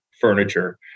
furniture